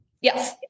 Yes